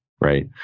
right